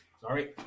Sorry